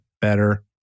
better